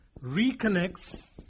reconnects